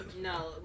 no